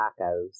tacos